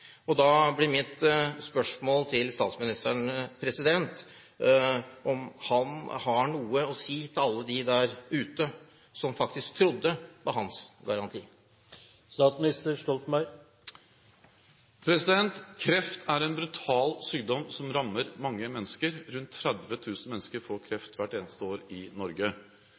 Da blir mitt spørsmål til statsministeren om han har noe å si til alle dem der ute som faktisk trodde på hans garanti. Kreft er en brutal sykdom som rammer mange mennesker: Rundt 30 000 mennesker får kreft hvert eneste år i Norge.